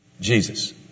Jesus